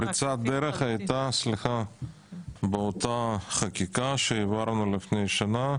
פריצת הדרך הייתה באותה חקיקה שהעברנו לפני שנה,